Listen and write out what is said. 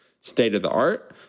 state-of-the-art